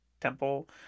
temple